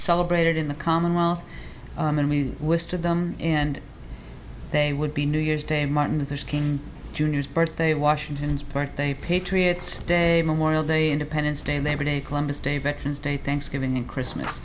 celebrated in the commonwealth and we wish to them and they would be new year's day martin is king jr's birthday washington's birthday patriots day memorial day independence day they were day columbus day veterans day thanksgiving and christmas